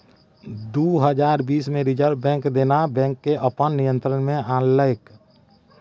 दु हजार बीस मे रिजर्ब बैंक देना बैंक केँ अपन नियंत्रण मे आनलकै